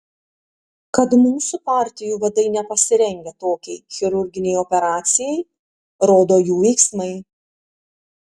kad mūsų partijų vadai nepasirengę tokiai chirurginei operacijai rodo jų veiksmai